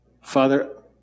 Father